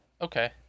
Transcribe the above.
Okay